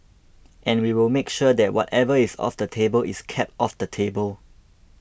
and we will make sure that whatever is off the table is kept off the table